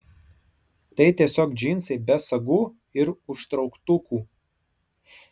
tai tiesiog džinsai be sagų ir užtrauktukų